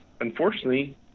unfortunately